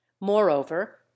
moreover